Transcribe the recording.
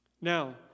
Now